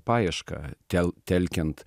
paieška tel telkiant